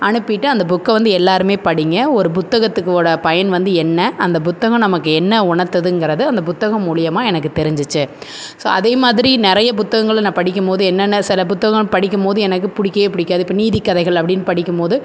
அனுப்பிவிட்டு அந்த புக்கை வந்து எல்லோருமே படிங்க ஒரு புத்தகத்துக்கோடய பயன் வந்து என்ன அந்த புத்தகம் நமக்கு என்ன உணர்த்துதுங்கிறதை அந்த புத்தகம் மூலயமா எனக்கு தெரிஞ்சுச்சி ஸோ அதே மாதிரி நிறைய புத்தகங்களில் நான் படிக்கும் போது என்னென்ன சில புத்தகம் படிக்கும் போது எனக்கு பிடிக்கவே பிடிக்காது இப்போ நீதி கதைகள் அப்படின்னு படிக்கும் போது